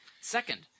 second